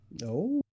No